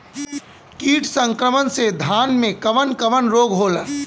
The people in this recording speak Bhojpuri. कीट संक्रमण से धान में कवन कवन रोग होला?